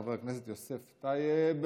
חבר הכנסת יוסף טייב,